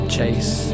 Chase